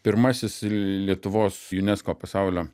pirmasis lietuvos unesco pasaulio